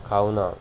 కావున